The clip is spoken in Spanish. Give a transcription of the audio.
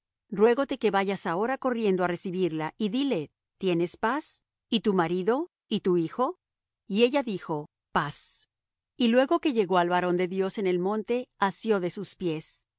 sunamita ruégote que vayas ahora corriendo á recibirla y dile tienes paz y tu marido y tu hijo y ella dijo paz y luego que llegó al varón de dios en el monte asió de sus pies